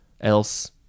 else